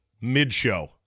mid-show